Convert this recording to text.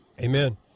Amen